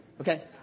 Okay